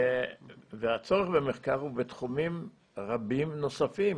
והצורך במחקר הוא בתחומים רבים נוספים.